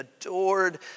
adored